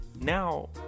Now